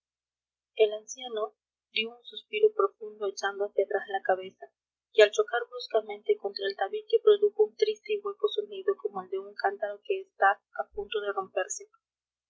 el anciano dio un suspiro profundo echando hacia atrás la cabeza que al chocar bruscamente contra el tabique produjo un triste y hueco sonido como el de un cántaro que está a punto de romperse